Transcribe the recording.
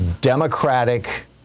democratic